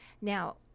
Now